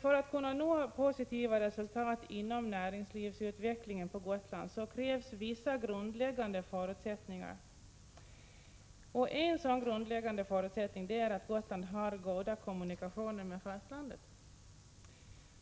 För att kunna nå positiva resultat inom näringslivsutvecklingen på Gotland så krävs vissa grundläggande förutsättningar, och en sådan grundläggande förutsättning är att Gotland har goda kommunikationer med fastlandet.